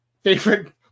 Favorite